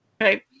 right